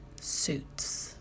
suits